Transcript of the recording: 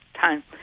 time